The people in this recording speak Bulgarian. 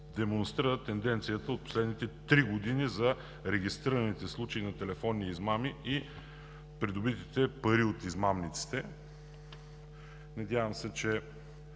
демонстрира тенденцията от последните три години за регистрираните случаи на телефонни измами и придобитите пари от измамниците? Надявам се, че